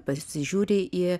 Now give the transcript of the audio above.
pasižiūri į